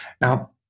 now